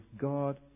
God